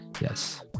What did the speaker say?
yes